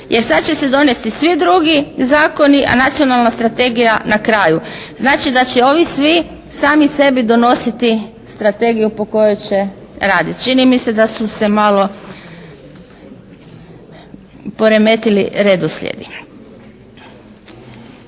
Jer, sad će se donijeti svi drugi zakoni a nacionalna strategija na kraju. Znači da će ovi svi sami sebi donositi strategiju po kojoj će raditi. Čini mi se da su se malo poremetili redoslijedi.